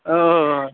औ